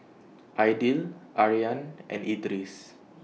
Aidil Aryan and Idris